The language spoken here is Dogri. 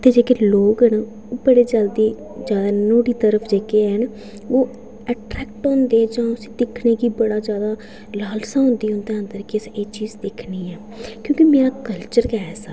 उत्थें जेह्ड़े लोक न ओह् बड़े जल्दी जादै नुहाड़ी तरफ जेह्के है'न ओह् अटरैक्ट होंदे जां उसी दिक्खने गी बड़ा जादा लालसा होंदी उं'दे किस एह् अंदर ते एह् चीज़ दिक्खनी ऐ क्योंकि मेरा कल्चर गै ऐसा